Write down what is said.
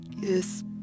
yes